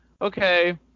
okay